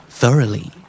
thoroughly